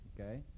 Okay